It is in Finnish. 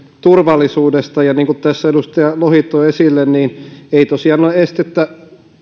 turvallisuudesta niin kuin tässä edustaja lohi toi esille perustuslakivaliokunnan näkemyksen mukaan ei tosiaan ole estettä